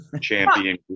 champion